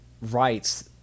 rights